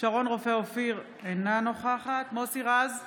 שרון רופא אופיר, אינה נוכחת מוסי רז,